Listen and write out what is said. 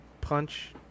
punch